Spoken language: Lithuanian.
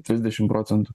trisdešimt procentų